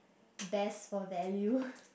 best for value